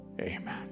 Amen